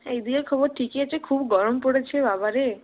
এই দিকের খবর ঠিকই আছে খুব গরম পড়েছে বাবারে